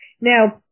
Now